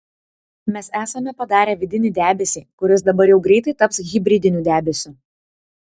mes esame padarę vidinį debesį kuris dabar jau greitai taps hibridiniu debesiu